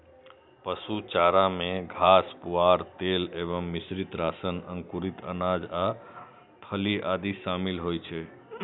पशु चारा मे घास, पुआर, तेल एवं मिश्रित राशन, अंकुरित अनाज आ फली आदि शामिल होइ छै